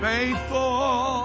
Faithful